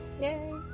Yay